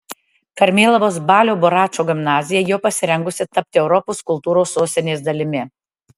karmėlavos balio buračo gimnazija jau pasirengusi tapti europos kultūros sostinės dalimi